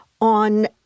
on